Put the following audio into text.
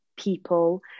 people